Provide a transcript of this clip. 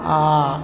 आओर